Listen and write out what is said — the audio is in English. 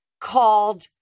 called